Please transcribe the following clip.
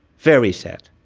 very sad.